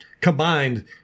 combined